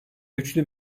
güçlü